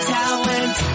talent